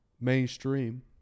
mainstream